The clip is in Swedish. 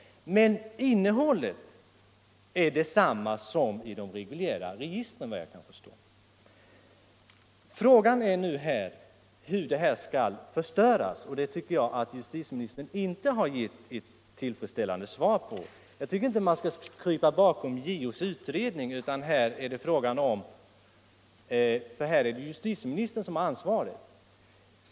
Men innehållet är detsamma som 1i de reguljära registren, efter vad jag kan förstå. Frågan är nu hur detta material skall förstöras, och beträffande det tycker jag inte att justitieministern har gett tillfredsställande svar. Jag tycker inte att Ni skall krypa bakom JO:s utredning — för här är det justitieministern som har ansvaret.